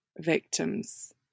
victims